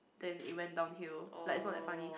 then it went downhill like it's not that funny